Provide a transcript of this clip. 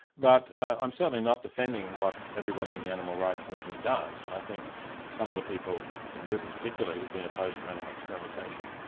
but i'm certainly not defending what everybody in the animal rights movement does, and i think some of the people, in britain particularly, who've been opposed to animal experimentation,